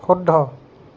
শুদ্ধ